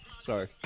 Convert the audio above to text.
Sorry